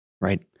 right